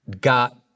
got